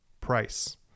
price